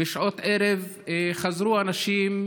בשעות הערב חזרו אנשים,